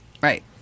Right